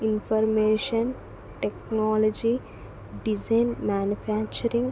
information technology design manufacturing